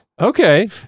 Okay